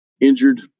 injured